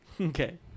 Okay